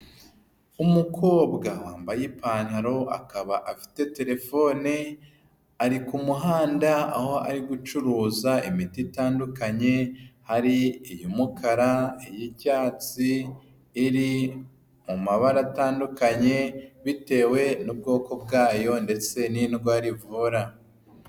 Umukobwa wambaye ipantaro akaba afite telefone, ari ku muhanda aho ari gucuruza imiti itandukanye, hari iy'umukara iy'icyatsi iri mu mabara atandukanye bitewe n'ubwoko bwayo ndetse n'indwara ivura.